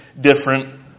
different